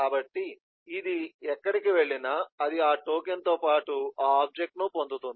కాబట్టి ఇది ఎక్కడికి వెళ్లినా అది ఆ టోకెన్తో పాటు ఆ ఆబ్జెక్ట్ ను పొందుతుంది